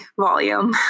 volume